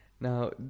now